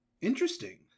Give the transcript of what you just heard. Interesting